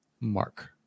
Mark